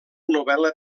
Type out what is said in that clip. novel·la